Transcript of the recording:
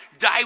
die